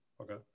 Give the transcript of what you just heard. Okay